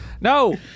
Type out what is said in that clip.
No